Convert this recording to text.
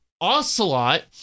Ocelot